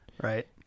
Right